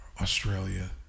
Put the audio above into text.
Australia